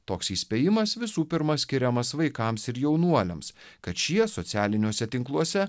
toks įspėjimas visų pirma skiriamas vaikams ir jaunuoliams kad šie socialiniuose tinkluose